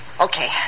Okay